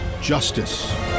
justice